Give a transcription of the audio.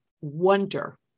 wonder